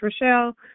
Rochelle